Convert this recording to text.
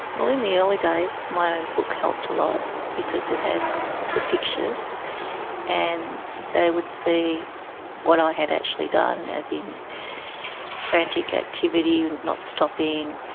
well, in the early days my own book helped a lot because it had the pictures and they would see what i had actually done, as in frantic activity, not stopping,